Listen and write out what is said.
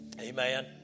Amen